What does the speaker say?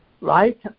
right